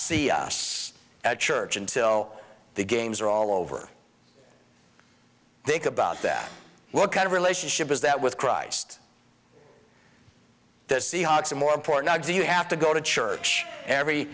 see us at church until the games are all over think about that what kind of relationship is that with christ the seahawks and more important that you have to go to church every